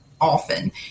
often